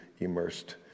immersed